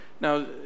now